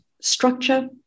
structure